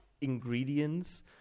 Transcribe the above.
ingredients